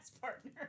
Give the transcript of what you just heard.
partner